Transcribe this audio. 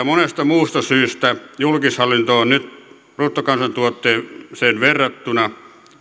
monesta muusta syystä julkishallinto on nyt bruttokansantuotteeseen verrattuna